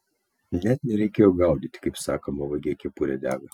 net nereikėjo gaudyti kaip sakoma vagie kepurė dega